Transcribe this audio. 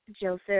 Joseph